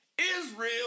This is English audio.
Israel